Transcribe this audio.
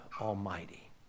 Almighty